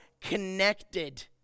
connected